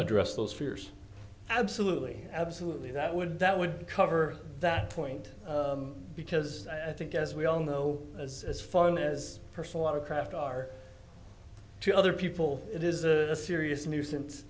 address those fears absolutely absolutely that would that would cover that point because i think as we all know as as fun as personal our craft are to other people it is a serious nuisance